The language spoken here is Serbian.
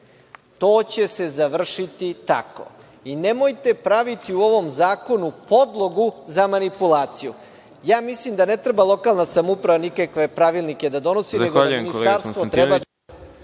To će se završiti tako. Nemojte praviti u ovom zakonu podlogu za manipulaciju. Ja mislim da ne treba lokalna samouprava nikakve pravilnike da donosi, da ministarstvo treba